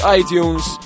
iTunes